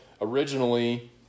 originally